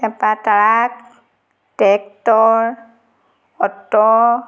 তাপা truck tractor auto